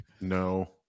No